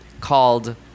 called